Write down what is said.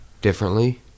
Differently